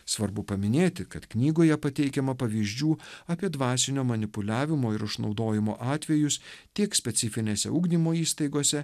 svarbu paminėti kad knygoje pateikiama pavyzdžių apie dvasinio manipuliavimo ir išnaudojimo atvejus tiek specifinėse ugdymo įstaigose